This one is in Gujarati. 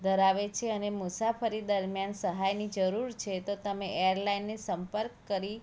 ધરાવે છે અને મુસાફરી દરમિયાન સહાયની જરૂર છે તો તમે એરલાઇનની સંપર્ક કરી